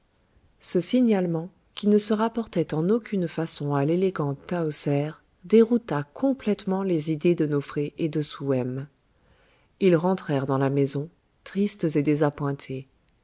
ce signalement qui ne se rapportait en aucune façon à l'élégante tahoser dérouta complètement les idées de nofré et de souhem ils rentrèrent dans la maison tristes et désappointés